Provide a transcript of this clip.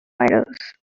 providers